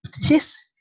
yes